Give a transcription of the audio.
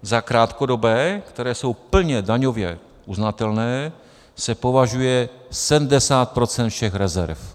Za krátkodobé, které jsou plně daňově uznatelné, se považuje 70 % všech rezerv.